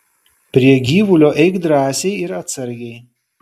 prie gyvulio eik drąsiai ir atsargiai